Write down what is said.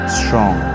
strong